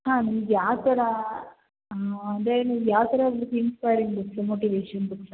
ಹಾಂ ನಿಮ್ಗೆ ಯಾವ ಥರ ಹಾಂ ಅದೇ ನೀವ್ ಯಾವ ಥರ ಇನ್ಸ್ಪೈರಿಂಗ್ ಬುಕ್ಸು ಮೋಟಿವೇಷನ್ ಬುಕ್ಸಾ